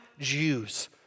Jews